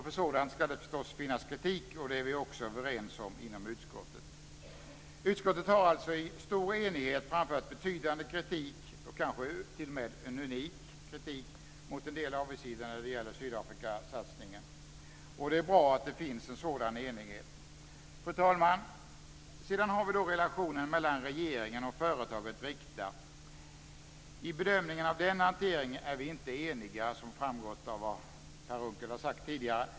För sådant ska det förstås finnas kritik, och det är vi också överens om inom utskottet. Utskottet har alltså i stor enighet framfört betydande kritik, kanske t.o.m. en unik kritik, mot en del avigsidor när det gäller Sydafrikasatsningen. Det är bra att det finns en sådan enighet. Fru talman! Sedan har vi då relationen mellan regeringen och företaget Rikta. I bedömningen av den hanteringen är vi inte eniga, som framgått av vad Per Unckel har sagt tidigare.